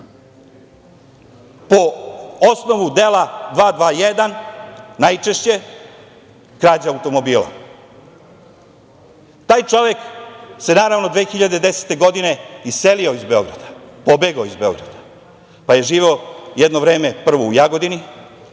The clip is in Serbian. po osnovu dela 221, najčešće krađa automobila. Taj čovek se 2010. godine iselio iz Beograda, pobegao iz Beograda, pa je živeo jedno vreme prvo u Jagodini,